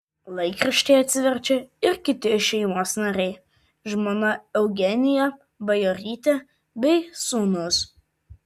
laikraštį atsiverčia ir kiti šeimos nariai žmona eugenija bajorytė bei sūnūs